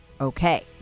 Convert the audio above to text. okay